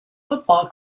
football